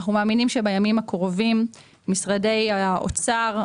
אנחנו מאמינים שבימים הקרובים משרדי האוצר,